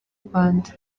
rwanda